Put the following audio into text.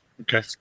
Okay